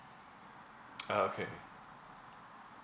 ah okay